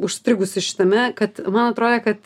užstrigusi šitame kad man atrodė kad